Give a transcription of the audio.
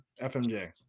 Fmj